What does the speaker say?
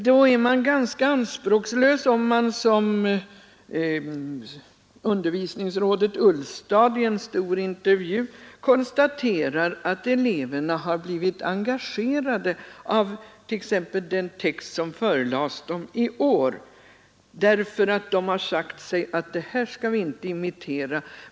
Man är ganska anspråkslös, om man som undervisningsrådet Ullstad i en stor intervju konstaterar att eleverna har blivit engagerade av t.ex. den text som förelades dem i år, därför att de har sagt sig att ”detta skall vi inte imitera”.